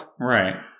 Right